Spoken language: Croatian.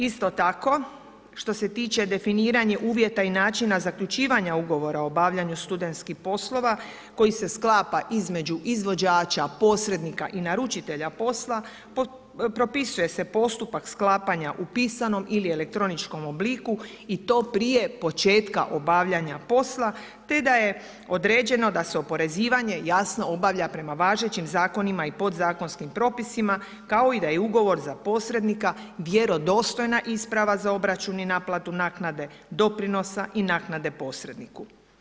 Isto tako što se tiče definiranje uvjeta i načina zaključivanja ugovora o obavljanju studentskih poslova koji se sklapa između izvođača, posrednika i naručitelja posla, propisuje se postupak sklapanja u pisanom ili elektroničkom obliku i to prije početka obavljanja posla te da je određeno da se oporezivanje jasno obavlja prema važećim zakonima i podzakonskim propisima kao i da je ugovor za posrednika vjerodostojna isprava za obračun i naplatu naknade doprinosa i naknade posredniku.